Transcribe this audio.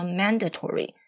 mandatory